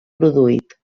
produït